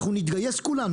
אנחנו נתגייס כולנו,